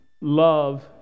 love